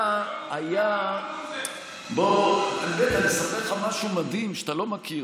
בוא אני אספר לך משהו מדהים שאתה לא מכיר,